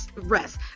rest